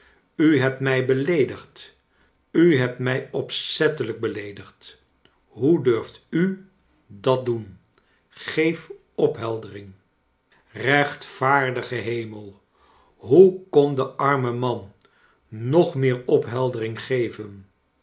u liebt mij beleedigd u hebt mij opzettelijk beleedigd hoe durft u dat doen geef opheldering rechtvaardige hemel hoe kon de arme man nog meer opheldering geven